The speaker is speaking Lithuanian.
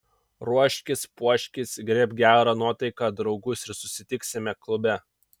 ruoškis puoškis griebk gerą nuotaiką draugus ir susitiksime klube